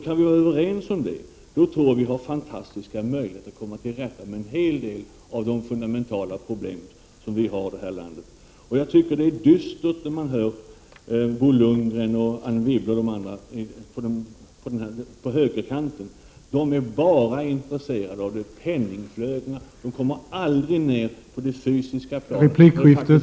Kan vi komma överens om det tror jag att vi har fantastiska möjligheter att komma till rätta med en hel del av de fundamentala problem som vi har i det här landet. Jag tycker det är dystert att höra Bo Lundgren, Anne Wibble och de andra på högerkanten. De är bara intresserade av penningflödena, de kommer aldrig ner på det fysiska planet...